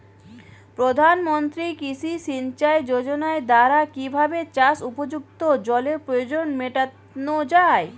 প্রধানমন্ত্রী কৃষি সিঞ্চাই যোজনার দ্বারা কিভাবে চাষ উপযুক্ত জলের প্রয়োজন মেটানো য়ায়?